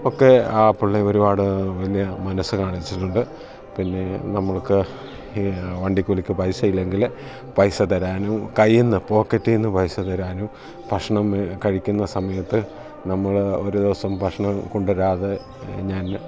ഒക്കെ ആ പുള്ളി ഒരുപാട് വലിയ മനസ്സ് കാണിച്ചിട്ടുണ്ട് പിന്നെ നമ്മൾക്ക് ഈ വണ്ടിക്കൂലിക്ക് പൈസ ഇല്ലെങ്കിൽ പൈസ തരാനും കൈയ്യിൽ നിന്ന് പോക്കറ്റിൽ നിന്ന് പൈസ തരാനും ഭക്ഷണം കഴിക്കുന്ന സമയത്ത് നമ്മൾ ഒരു ദിവസം ഭക്ഷണം കൊണ്ടു വരാതെ ഞാൻ